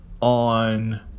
on